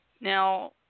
Now